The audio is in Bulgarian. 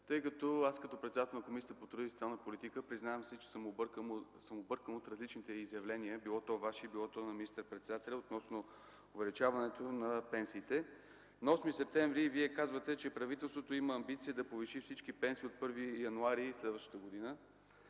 2012 г. Аз като председател на Комисията по труда и социалната политика признавам, че съм объркан от различните изявления – било то Ваши, било на министър-председателя относно увеличаване на пенсиите. На 8 септември тази година Вие казвате, че правителството има амбицията да повиши всички пенсии от 1 януари следващата година,